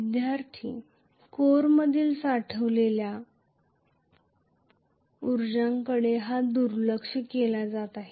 विद्यार्थीः कोरमधील साठवलेल्या ऊर्जेकडे का दुर्लक्ष केले जात आहे